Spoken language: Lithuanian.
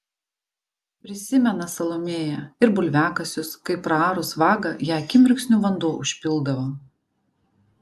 prisimena salomėja ir bulviakasius kai praarus vagą ją akimirksniu vanduo užpildavo